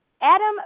Adam